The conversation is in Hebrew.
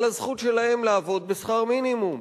על הזכות שלהם לעבוד בשכר מינימום.